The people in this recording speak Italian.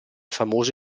famoso